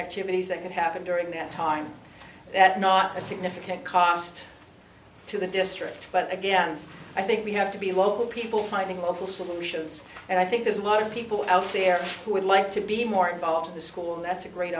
activities that happened during that time that not a significant cost to the district but again i think we have to be local people fighting local solutions and i think there's a lot of people out there who would like to be more involved in the school and that's a great